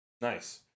Nice